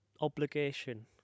obligation